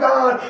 God